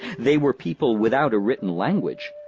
they were people without a written language,